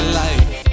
life